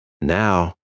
Now